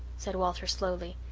said walter slowly.